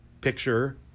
picture